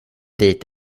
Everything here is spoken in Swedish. vit